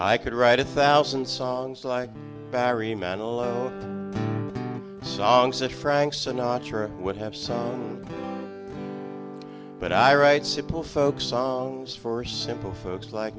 i could write a thousand songs like barry manilow songs that frank sinatra would have sung but i write simple folk songs for simple folks like